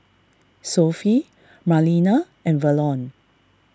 Sophie Marlena and Verlon